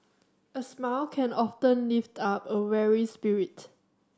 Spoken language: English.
a smile can often lift up a weary spirit